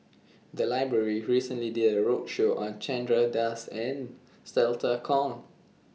The Library recently did A roadshow on Chandra Das and Stella Kon